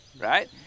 Right